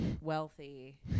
wealthy